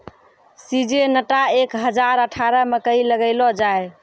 Syngenta एक हजार अठारह मकई लगैलो जाय?